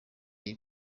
iyi